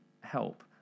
help